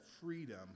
freedom